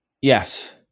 Yes